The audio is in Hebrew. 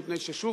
מפני ששוב,